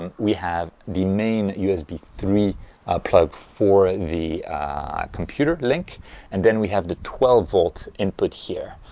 and we have the main usb three plug for the computer link and then we have the twelve volt input here,